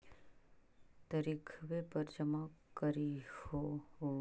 तरिखवे पर जमा करहिओ?